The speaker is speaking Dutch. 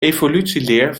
evolutieleer